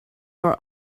were